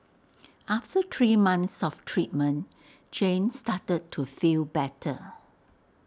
after three months of treatment Jane started to feel better